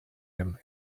him